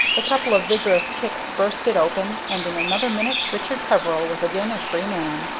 a couple of vigorous kicks burst it open, and in another minute richard peveril was again a free man.